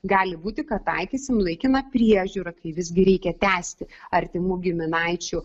gali būti kad taikysim laikiną priežiūrą kai visgi reikia tęsti artimų giminaičių